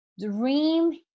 dream